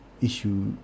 issue